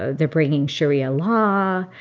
they're bringing sharia law.